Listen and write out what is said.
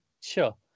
sure